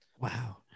Wow